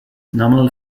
nominal